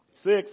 Six